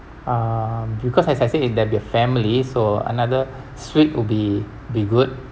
um because as I said if there'll be a family so another suite would be be good